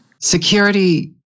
Security